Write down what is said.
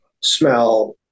smell